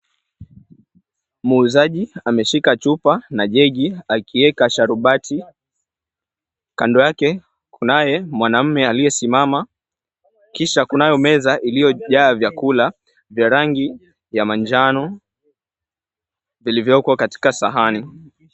Muuzaji ameshika chupa na jegi akieka sharubati kando yake kunaye mwanamume aliyesimama kisha kunayo meza iliyojaa vyakula vya rangi ya manjano vilivyoko katika sahani.